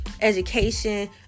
education